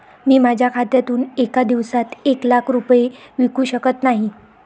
मी माझ्या खात्यातून एका दिवसात एक लाख रुपये विकू शकत नाही